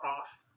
off